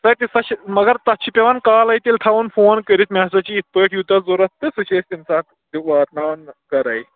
سۄ تہِ سۄ چھِ مَگر تَتھ چھِ پٮ۪وان کالَے تیٚلہِ تھاوُن فون کٔرِتھ مےٚ سا چھِ یِتھ پٲٹھۍ یوٗتاہ ضوٚرتھ تہٕ سُہ چھِ أسۍ تَمہِ ساتہٕ تہِ واتناوان گَرَے